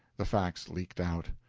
the facts leaked out.